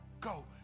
go